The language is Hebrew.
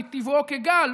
מטבעו כגל,